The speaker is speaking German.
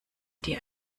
dir